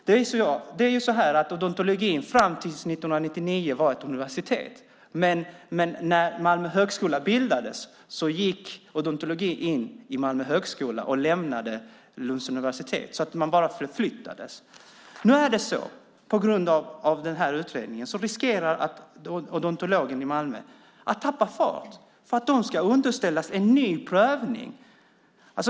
Fram till år 1999 tillhörde odontologin ett universitet. När Malmö högskola bildades gick odontologin in i Malmö högskola och lämnade Lunds universitet. Den bara förflyttades. På grund av utredningen riskerar odontologin i Malmö att tappa fart för att den ska underställas en ny prövning.